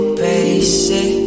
basic